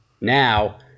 Now